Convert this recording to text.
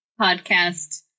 podcast